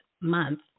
month